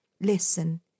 listen